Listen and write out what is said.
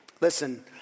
Listen